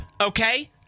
okay